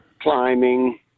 climbing